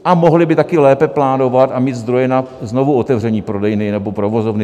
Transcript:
A mohli by také lépe plánovat a mít zdroje na znovuotevření prodejny nebo provozovny.